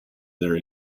their